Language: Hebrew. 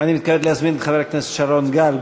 אני מתכבד להזמין את חבר הכנסת שרון גל.